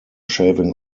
shaving